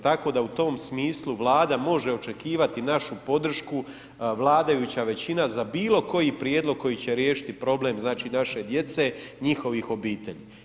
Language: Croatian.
Tako da u tom smislu Vlada može očekivati našu podršku, vladajuća većina za bilo koji prijedlog koji će riješiti problem znači naše djece i njihovih obitelji.